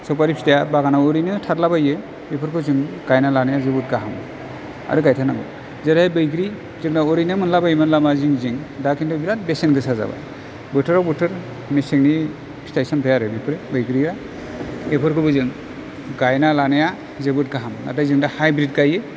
सफारि फिथाइया बागानाव ओरैनो थाद्ला बाइयो बेफोरखौ जों गायना लानाया जोबोर गाहाम आरो गायथारनांगौ जेरै बैग्रि जोंनाव ओरैनो मोनला बायोमोन लामा जिं जिं दा खिन्थु बिराद बेसेन गोसा जाबाय बोथोराव बोथोर मेसेंनि फिथाइ सामथाइ आरो बेफोरो बैग्रिया बेफोरखौबो जों गायना लानाया जोबोद गाहाम नाथाय जों दा हाइब्रिद गायो